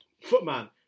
footman